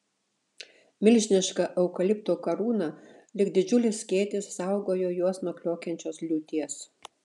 milžiniška eukalipto karūna lyg didžiulis skėtis saugojo juos nuo kliokiančios liūties